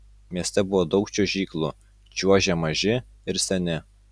mieste buvo daug čiuožyklų čiuožė maži ir seni